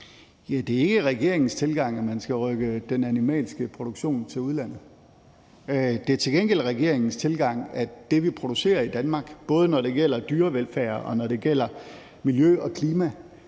Det er ikke regeringens tilgang, at man skal rykke den animalske produktion til udlandet. Det er til gengæld regeringens tilgang, at det, vi producerer i Danmark, både når det gælder dyrevelfærd, og når det gælder miljø og klima,